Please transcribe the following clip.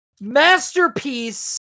masterpiece